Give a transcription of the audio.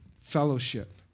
fellowship